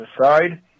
aside